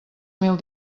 mil